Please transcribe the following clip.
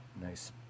nice